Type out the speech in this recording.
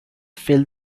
fill